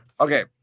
Okay